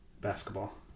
basketball